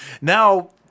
now